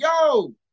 yo